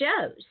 shows